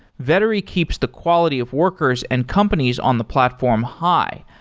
vettery keeps the quality of workers and companies on the platform high,